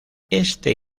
este